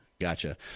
gotcha